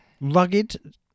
Rugged